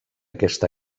aquesta